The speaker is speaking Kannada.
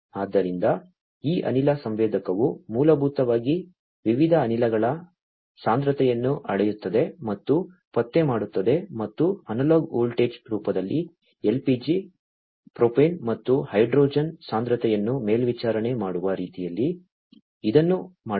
ಆದ್ದರಿಂದ ಈ ಅನಿಲ ಸಂವೇದಕವು ಮೂಲಭೂತವಾಗಿ ವಿವಿಧ ಅನಿಲಗಳ ಸಾಂದ್ರತೆಯನ್ನು ಅಳೆಯುತ್ತದೆ ಮತ್ತು ಪತ್ತೆ ಮಾಡುತ್ತದೆ ಮತ್ತು ಅನಲಾಗ್ ವೋಲ್ಟೇಜ್ ರೂಪದಲ್ಲಿ LPG ಪ್ರೋಪೇನ್ ಮತ್ತು ಹೈಡ್ರೋಜನ್ ಸಾಂದ್ರತೆಯನ್ನು ಮೇಲ್ವಿಚಾರಣೆ ಮಾಡುವ ರೀತಿಯಲ್ಲಿ ಇದನ್ನು ಮಾಡಲಾಗಿದೆ